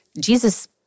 Jesus